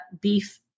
beef